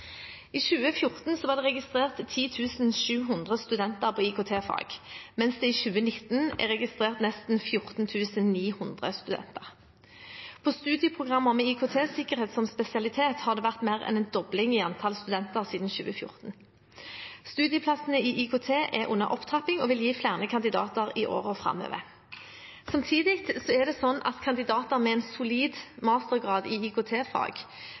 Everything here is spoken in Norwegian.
I 2014 var det registrert 10 700 studenter i IKT-fag, mens det i 2019 er registrert nesten 14 900 studenter. På studieprogrammer med IKT-sikkerhet som spesialitet har det vært mer enn en dobling i antall studenter siden 2014. Studieplassene i IKT er under opptrapping og vil gi flere kandidater i årene framover. Samtidig vil kandidater som har en solid mastergrad i IKT-fag med opplæring på arbeidsplassen raskt vil kunne bli spesialisert i